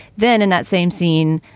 then in that same scene,